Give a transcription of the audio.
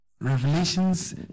Revelations